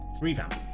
Revamp